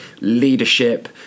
leadership